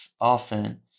often